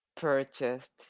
purchased